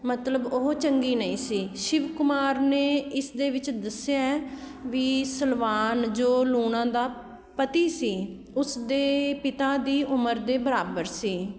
ਮਤਲਬ ਉਹ ਚੰਗੀ ਨਹੀਂ ਸੀ ਸ਼ਿਵ ਕੁਮਾਰ ਨੇ ਇਸ ਦੇ ਵਿੱਚ ਦੱਸਿਆ ਵੀ ਸਲਵਾਨ ਜੋ ਲੂਣਾ ਦਾ ਪਤੀ ਸੀ ਉਸਦੇ ਪਿਤਾ ਦੀ ਉਮਰ ਦੇ ਬਰਾਬਰ ਸੀ